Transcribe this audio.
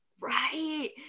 Right